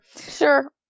sure